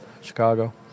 Chicago